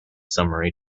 summary